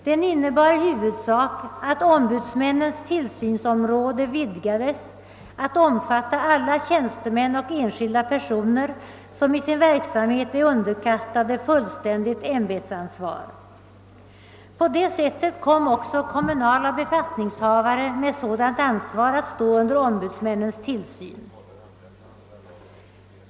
Den innebar i huvudsak att ombudsmännes tillsynsområde vidgades till att omfatta alla ämbetsmän och enskilda personer som i sin verksamhet är underkastade fullständigt ämbetsmannaansvar. På det sättet kom också kommunala befattningshavare med sådant ansvar att stå under ombudsmännens tillsyn.